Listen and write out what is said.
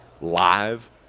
live